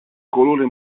colore